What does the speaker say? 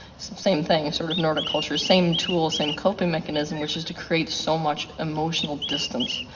same thing, sort of nordic culture. same tool, same coping mechanism. which is to create so much emotional distance.